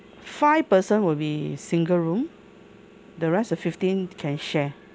five person will be single room the rest the fifteen can share